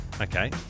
Okay